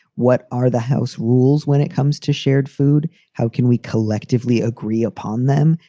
what are the house rules when it comes to shared food? how can we collectively agree upon them?